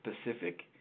specific